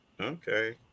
Okay